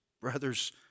brothers